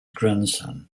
grandson